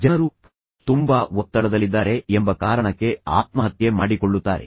ಜನರು ತುಂಬಾ ಒತ್ತಡದಲ್ಲಿದ್ದಾರೆ ಎಂಬ ಕಾರಣಕ್ಕೆ ಆತ್ಮಹತ್ಯೆ ಮಾಡಿಕೊಳ್ಳುತ್ತಾರೆ